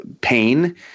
pain